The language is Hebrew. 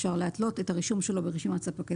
אפשר להתלות את הרישום שלו ברשימת ספקי